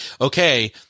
okay